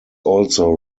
also